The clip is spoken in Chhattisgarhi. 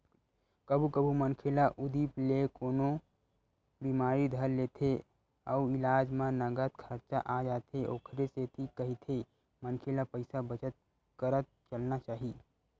कभू कभू मनखे ल उदुप ले कोनो बिमारी धर लेथे अउ इलाज म नँगत खरचा आ जाथे ओखरे सेती कहिथे मनखे ल पइसा बचत करत चलना चाही